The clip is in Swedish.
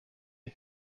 hur